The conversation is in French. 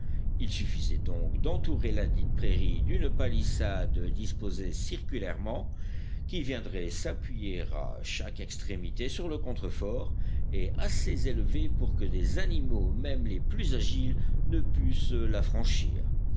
il suffisait donc d'entourer ladite prairie d'une palissade disposée circulairement qui viendrait s'appuyer à chaque extrémité sur le contrefort et assez élevée pour que des animaux même les plus agiles ne pussent la franchir